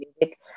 music